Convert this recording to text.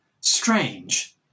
strange